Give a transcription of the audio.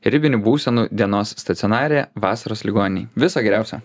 ribinių būsenų dienos stacionare vasaros ligoninėj viso geriausio